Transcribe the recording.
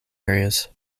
areas